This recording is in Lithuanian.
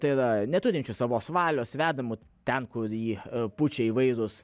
tai yra neturinčių savos valios vedamu ten kur jį pučia įvairūs